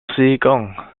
seegang